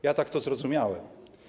Ja tak to zrozumiałem.